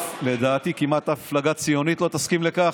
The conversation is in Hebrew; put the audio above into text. ולדעתי כמעט אף מפלגה ציונית לא תסכים לכך.